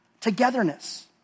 togetherness